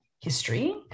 history